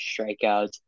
strikeouts